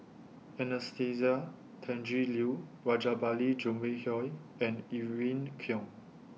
Anastasia Tjendri Liew Rajabali Jumabhoy and Irene Khong